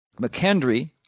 McKendry